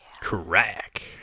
crack